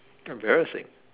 embarrassing